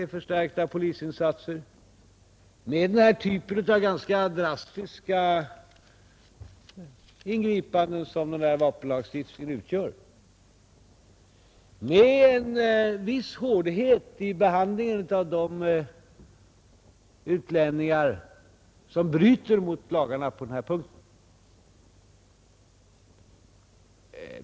Det är förstärkta polisinsatser med den typ av ganska drastiska ingripanden som den här ifrågavarande vapenlagstiftningen innebär, med en viss hårdhet i behandlingen av de utlänningar som bryter mot lagarna på denna punkt.